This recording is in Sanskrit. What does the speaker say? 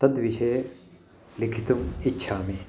तद्विषये लिखितुम् इच्छामि